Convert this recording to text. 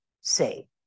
say